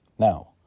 Now